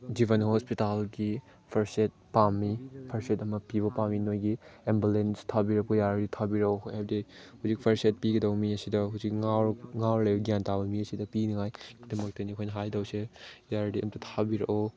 ꯖꯤꯕꯟ ꯍꯣꯁꯄꯤꯇꯥꯜꯒꯤ first aid ꯄꯥꯝꯃꯤ first aid ꯑꯃ ꯄꯤꯕ ꯄꯥꯝꯃꯤ ꯅꯣꯏꯒꯤ ꯑꯦꯝꯕꯨꯂꯦꯟꯁ ꯊꯥꯕꯤꯔꯛꯄ ꯌꯥꯔꯒꯗꯤ ꯊꯥꯕꯤꯔꯛꯑꯣ ꯑꯩꯈꯣꯏ ꯍꯥꯏꯕꯗꯤ ꯍꯧꯖꯤꯛ ꯐꯔꯁ ꯑꯦꯗ ꯄꯤꯒꯗꯧꯕ ꯃꯤ ꯁꯤꯗ ꯉꯥꯎꯔ ꯂꯩ ꯒ꯭ꯌꯥꯟ ꯇꯥꯕ ꯃꯤ ꯑꯁꯤꯗ ꯄꯤꯅꯉꯥꯏꯒꯤꯗꯃꯛꯇꯅꯤ ꯑꯩꯈꯣꯏꯅ ꯍꯥꯏꯗꯧꯁꯦ ꯌꯥꯔꯗꯤ ꯑꯝꯇ ꯊꯥꯕꯤꯔꯛꯑꯣ